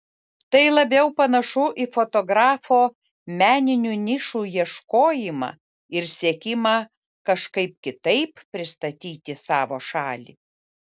tai labiau panašu į fotografo meninių nišų ieškojimą ir siekimą kažkaip kitaip pristatyti savo šalį